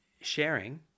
sharing